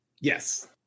yes